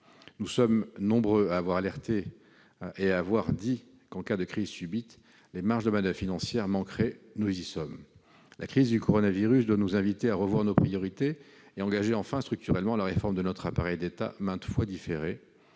Nous sommes nombreux à avoir lancé l'alerte et à avoir souligné qu'en cas de crise subite les marges de manoeuvre financières manqueraient. Nous y sommes ! La crise du coronavirus doit nous inviter à revoir nos priorités et à engager enfin structurellement la réforme de notre appareil d'État, maintes fois différée